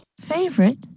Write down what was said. Favorite